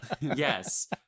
Yes